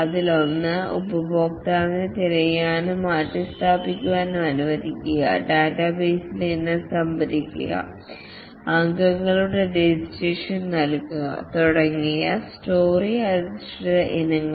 അതിലൊന്നാണ് ഉപയോക്താവിനെ തിരയാനും മാറ്റിസ്ഥാപിക്കാനും അനുവദിക്കുക ഡാറ്റാബേസിൽ ഇനം സംഭരിക്കുക അംഗങ്ങളുടെ രജിസ്ട്രേഷൻ നൽകുക തുടങ്ങിയ സ്റ്റോറി അധിഷ്ഠിത ഇനങ്ങൾ